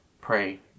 pray